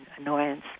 annoyance